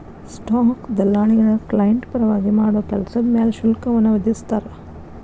stock ದಲ್ಲಾಳಿಗಳ client ಪರವಾಗಿ ಮಾಡೋ ಕೆಲ್ಸದ್ ಮ್ಯಾಲೆ ಶುಲ್ಕವನ್ನ ವಿಧಿಸ್ತಾರ